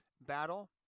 battle